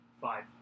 Five